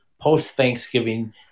post-Thanksgiving